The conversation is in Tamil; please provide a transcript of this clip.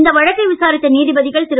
இந்த வழக்கை விசாரித்த நீதிபதிகள் திரு